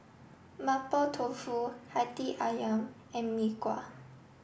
Mapo Tofu Hati Ayam and Mee Kuah